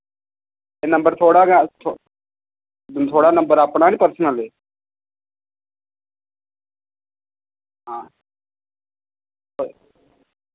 एह् नंबर थोआड़ा गै थो थोआड़ा नंबर अपना नि पर्सनल एह् हां